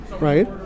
Right